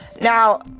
Now